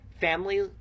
Family